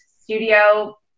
studio